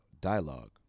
dialogue